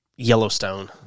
Yellowstone